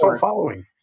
following